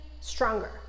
stronger